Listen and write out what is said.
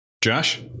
Josh